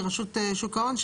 מרשות שוק ההון,